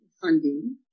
funding